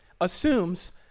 assumes